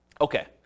Okay